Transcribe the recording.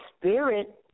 spirit